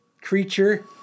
creature